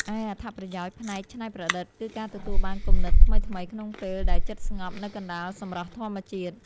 ឯអត្ថប្រយោជន៍ផ្នែកច្នៃប្រឌិត គឺការទទួលបានគំនិតថ្មីៗក្នុងពេលដែលចិត្តស្ងប់នៅកណ្ដាលសម្រស់ធម្មជាតិ។